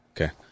Okay